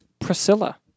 Priscilla